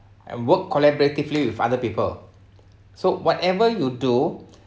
and work collaboratively with other people so whatever you do